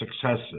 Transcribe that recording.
successes